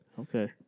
Okay